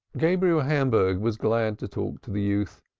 gabriel hamburg was glad to talk to the youth,